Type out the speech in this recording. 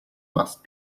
must